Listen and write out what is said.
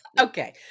Okay